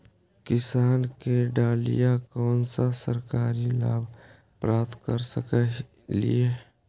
किसान के डालीय कोन सा सरकरी लाभ प्राप्त कर सकली?